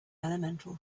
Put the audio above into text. elemental